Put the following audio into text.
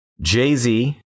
Jay-Z